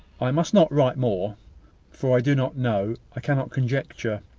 i must not write more for i do not know, i cannot conjecture,